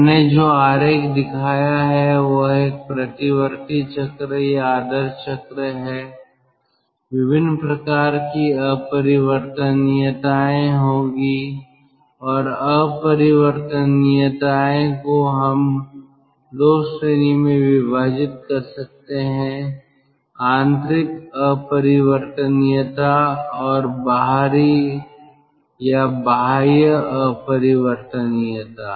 मैंने जो आरेख दिखाया है वह एक प्रतिवर्ती चक्र या आदर्श चक्र है विभिन्न प्रकार की अपरिवर्तनीयताएं होंगी और अपरिवर्तनीयताएं को हम 2 श्रेणियों में विभाजित कर सकते हैं आंतरिक अपरिवर्तनीयता और बाहरी बाह्य अपरिवर्तनीयता